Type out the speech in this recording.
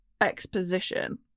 exposition